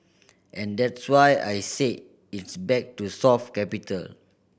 and that's why I say it's back to soft capital